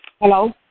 Hello